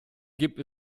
gibt